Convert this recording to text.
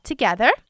together